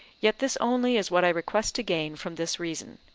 yet this only is what i request to gain from this reason,